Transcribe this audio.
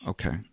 Okay